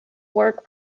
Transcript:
work